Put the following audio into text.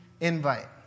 invite